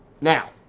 Now